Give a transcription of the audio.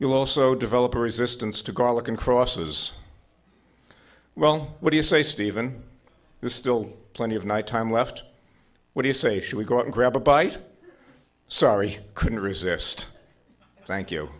you also develop a resistance to garlic and crosses well what do you say stephen this still plenty of night time left would you say should we go out and grab a bite sorry couldn't resist thank you